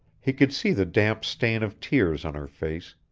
he could see the damp stain of tears on her face,